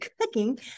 cooking